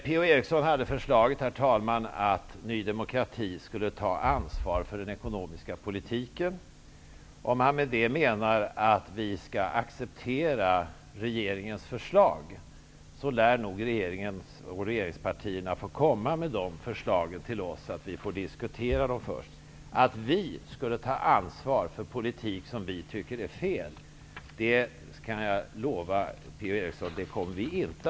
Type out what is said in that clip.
Per-Ola Eriksson föreslog att Ny demokrati skulle ta ansvar för den ekonomiska politiken. Om han med det menar att vi skall acceptera regeringens förslag, lär nog regeringen och regeringspartierna få komma med de förslagen till oss så att vi får diskutera dem först. Jag kan lova Per-Ola Eriksson att vi inte kommer att ta ansvar för en politik som vi tycker är felaktig.